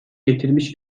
getirmiş